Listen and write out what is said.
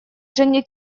женя